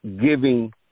giving